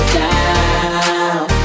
down